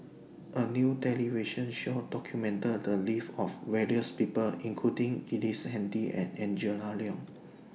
A New television Show documented The Lives of various People including Ellice Handy and Angela Liong